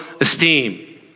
esteem